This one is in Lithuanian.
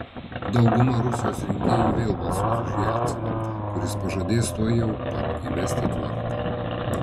dauguma rusijos rinkėjų vėl balsuos už jelciną kuris pažadės tuojau pat įvesti tvarką